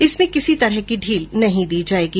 इसमें किसी तरह की ढील नहीं दी जायेगी